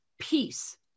peace